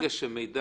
מידע